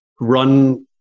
run